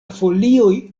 folioj